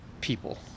people